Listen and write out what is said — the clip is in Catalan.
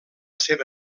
seva